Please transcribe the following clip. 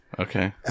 Okay